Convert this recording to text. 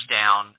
down